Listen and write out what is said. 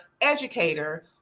educator